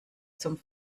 zum